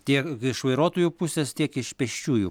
tiek iš vairuotojų pusės tiek iš pėsčiųjų